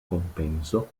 compenso